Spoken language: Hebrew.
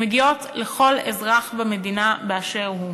שמגיעים לכל אזרח במדינה באשר הוא.